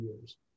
years